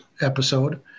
episode